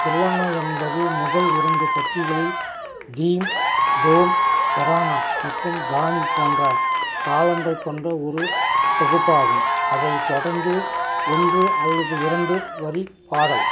தில்லானா என்பது முதல் இரண்டு பத்திகளில் தீம் தோம் தரானா மற்றும் தானி போன்ற தாளங்கள் கொண்ட ஒரு தொகுப்பாகும் அதைத் தொடர்ந்து ஒன்று அல்லது இரண்டு வரி பாடல்